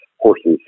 horses